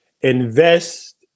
Invest